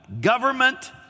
government